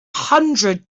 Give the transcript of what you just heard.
hundred